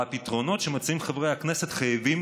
והפתרונות שמציעים חברי הכנסת חייבים